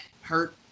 hurt